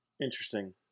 Interesting